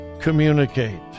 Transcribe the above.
communicate